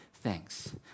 thanks